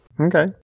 Okay